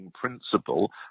principle